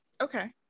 Okay